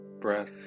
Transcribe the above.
breath